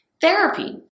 therapy